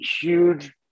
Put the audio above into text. huge